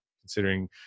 considering